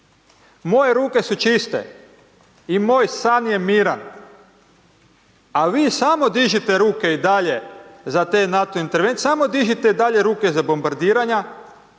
Moje ruke su čiste i moj san je miran a vi samo dižite ruke i dalje za te NATO intervencije, samo dižite i dalje ruke za bombardiranja,